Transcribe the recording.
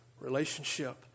relationship